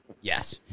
Yes